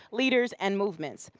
leaders an movement.